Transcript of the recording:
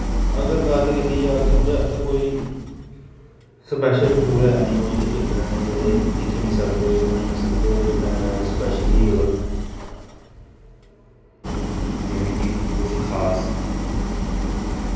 अगर गल्ल कीती जा के उंदे आस्तै कोई स्पैशल स्कूल है नी ओह् जेह्ड़े चिल्डर्न जेह्ड़े दिक्खी नी सकदे सुनी नी सकदे जेह्ड़े स्पैशली एबल्ड न जिनेंगी कुछ खास